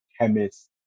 chemist